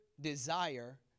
desire